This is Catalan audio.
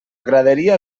graderia